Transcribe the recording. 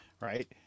Right